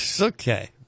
Okay